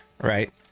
right